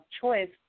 choice